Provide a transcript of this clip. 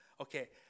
Okay